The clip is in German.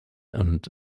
und